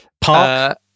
Park